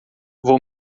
vou